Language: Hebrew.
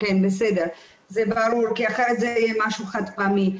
זה ברור כי אחרת זה יהיה משהו חד פעמי.